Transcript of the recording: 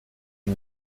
die